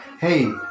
hey